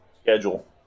schedule